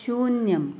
शून्यम्